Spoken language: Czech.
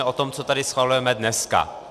O tom, co tady schvalujeme dneska.